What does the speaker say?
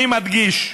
אני מדגיש: